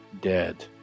dead